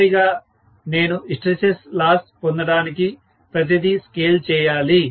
చివరిగా నేను hysteresis loss పొందడానికి ప్రతిదీ స్కేల్ చేయాలి